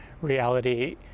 reality